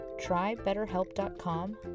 trybetterhelp.com